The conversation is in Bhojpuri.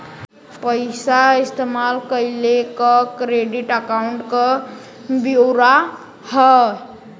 पइसा इस्तेमाल कइले क क्रेडिट अकाउंट क ब्योरा हौ